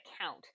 count